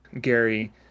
gary